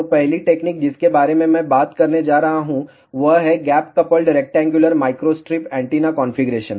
तो पहली टेक्नीक जिसके बारे में मैं बात करने जा रहा हूं वह है gap coupled rectangular microstrip antenna configuration